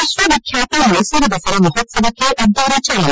ವಿಶ್ಲವಿಖ್ಯಾತ ಮೈಸೂರು ದಸರಾ ಮಹೋತ್ಸವಕ್ಕೆ ಅದ್ದೂರಿ ಚಾಲನೆ